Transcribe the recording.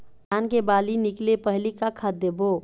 धान के बाली निकले पहली का खाद देबो?